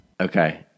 Okay